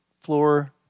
floor